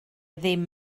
ddim